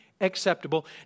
acceptable